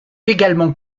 également